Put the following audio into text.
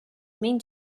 main